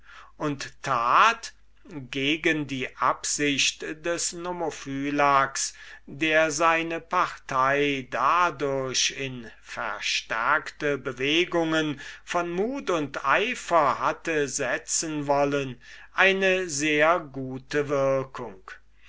und tat gegen die absicht des nomophylax der seine partei dadurch in verstärkte bewegungen von mut und eifer hatte setzen wollen eine sehr gute wirkung